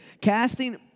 casting